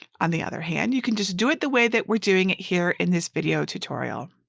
on the other hand you can just do it the way that we're doing it here in this video tutorial.